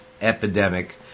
epidemic